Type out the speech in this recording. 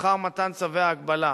אחר מתן צווי ההגבלה.